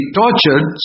tortured